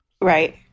Right